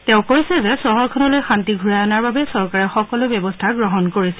তেওঁ কৈছে যে চহৰখনলৈ শাস্তি ঘূৰাই অনাৰ বাবে চৰকাৰে সকলো ব্যৱস্থা গ্ৰহণ কৰিছে